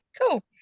cool